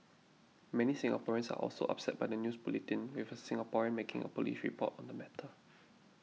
many Singaporeans are also upset by the news bulletin with a Singaporean making a police report on the matter